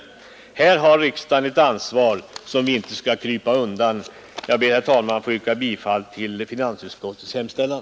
Här har riksdagen ett ansvar som vi inte skall krypa undan. Jag yrkar, herr talman, bifall till finansutskottets hemställan.